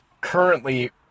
currently